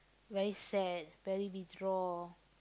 very sad very withdraw